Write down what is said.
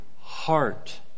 heart